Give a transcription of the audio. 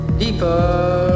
deeper